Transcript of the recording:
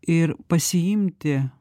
ir pasiimti